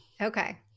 Okay